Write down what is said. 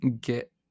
get